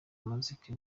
umuziki